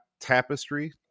tapestry